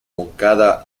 moncada